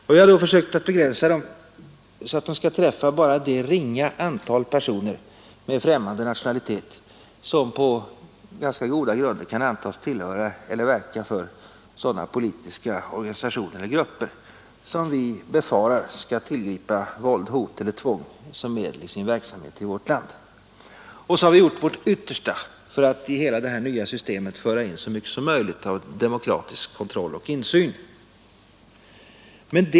Vi har försökt begränsa dem så att de bara skulle träffa det ringa antal personer med främmande nationalitet som på ganska goda grunder kan antas tillhöra eller verka för sådana politiska organisationer eller grupper som vi befarar skall tillgripa våldshot eller tvång som medel i sin verksamhet i vårt land. Och så har vi gjort vårt yttersta för att i hela det här nya systemet föra in så mycket som möjligt av demokratisk kontroll och insyn.